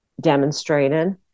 demonstrated